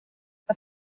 das